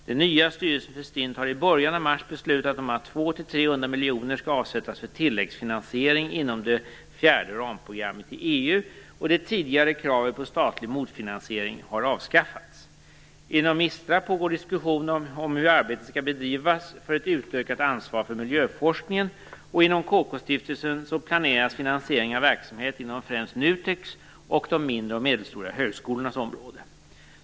Den nya styrelsen för STINT har i början av mars beslutat att 200-300 miljoner kronor skall avsättas för tilläggsfinansiering inom det fjärde ramprogrammet i EU. Det tidigare kravet på statlig motfinansiering har avskaffats. Inom MISTRA pågår diskussion om hur arbetet skall bedrivas för ett utökat ansvar för miljöforskningen, och inom KK-stiftelsen planeras finansiering av verksamhet inom främst NUTEK:s och de mindre och medelstora högskolornas område.